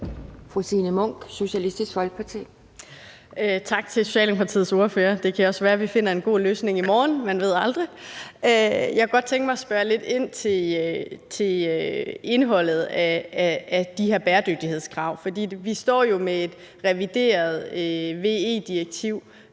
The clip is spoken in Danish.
Fru Signe Munk, Socialistisk Folkeparti. Kl. 11:37 Signe Munk (SF): Tak til Socialdemokratiets ordfører. Det kan også være, at vi finder en god løsning i morgen, man ved aldrig. Jeg kunne godt tænke mig at spørge lidt ind til indholdet af de her bæredygtighedskrav, for vi står jo med et revideret VE-direktiv